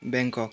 Bangkok